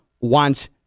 wants